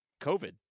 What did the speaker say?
COVID